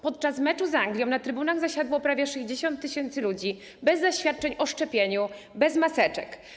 Podczas meczu z Anglią na trybunach zasiadło prawie 60 tys. ludzi bez zaświadczeń o szczepieniu, bez maseczek.